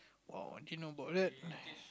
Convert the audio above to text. !wow! I didn't know about that